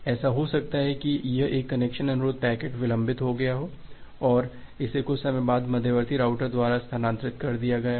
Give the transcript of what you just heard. ऐसा हो सकता है कि यह एक कनेक्शन अनुरोध पैकेट विलंबित हो गया हो और इसे कुछ समय बाद मध्यवर्ती राउटर द्वारा स्थानांतरित कर दिया गया हो